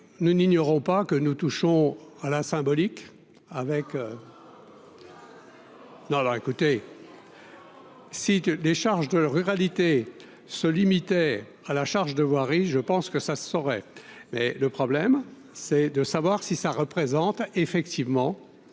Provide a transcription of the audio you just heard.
nous n'ignorons pas que nous touchons à la symbolique avec. Non, alors écoutez. Si les charges de ruralité se limitait à la charge de voirie, je pense que ça se saurait, mais le problème c'est de savoir si ça représente effectivement